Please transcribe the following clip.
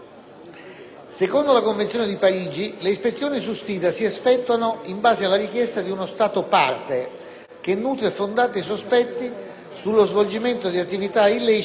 che nutra fondati sospetti sullo svolgimento di attività illecite in un altro Stato parte. L'impulso dello Stato che prende l'iniziativa viene indirizzato